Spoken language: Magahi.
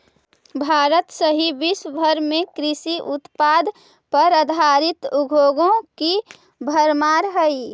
भारत सहित विश्व भर में कृषि उत्पाद पर आधारित उद्योगों की भरमार हई